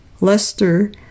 Leicester